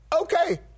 Okay